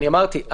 אמרתי,